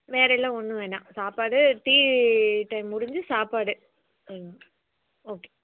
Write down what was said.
வேறு எல்லாம் ஒன்றும் வேணாம் சாப்பாடு டீ டைம் முடிஞ்சு சாப்பாடு உம் ஓகே